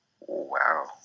Wow